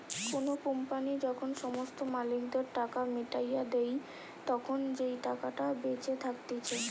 কোনো কোম্পানি যখন সমস্ত মালিকদের টাকা মিটাইয়া দেই, তখন যেই টাকাটা বেঁচে থাকতিছে